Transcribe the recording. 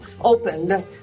opened